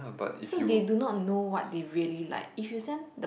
so they do not know what they really like if you send the